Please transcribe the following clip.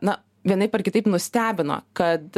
na vienaip ar kitaip nustebino kad